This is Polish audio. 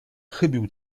chybił